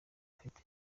afite